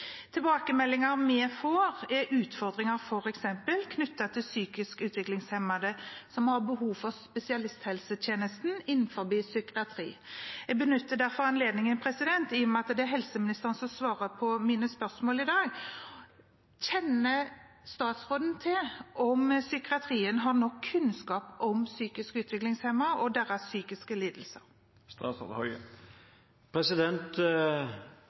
utfordringer knyttet til f.eks. psykisk utviklingshemmede som har behov for spesialisthelsetjenesten innenfor psykiatri. Jeg benytter derfor anledningen, i og med at det er helseministeren som svarer på mine spørsmål i dag: Kjenner statsråden til om psykiatrien har nok kunnskap om psykisk utviklingshemmede og deres psykiske lidelser?